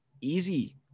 easy